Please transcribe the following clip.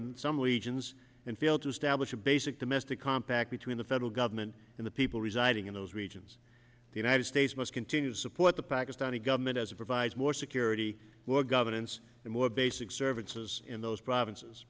in some regions and failed to establish a basic domestic compact between the federal government and the people residing in those regions the united states must continue to support the pakistani government as provide more security more governance and more basic services in those provinces